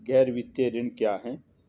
गैर वित्तीय ऋण क्या है?